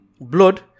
blood